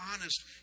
honest